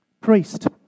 Priest